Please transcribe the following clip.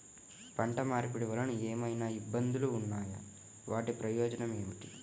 పంట మార్పిడి వలన ఏమయినా ఇబ్బందులు ఉన్నాయా వాటి ప్రయోజనం ఏంటి?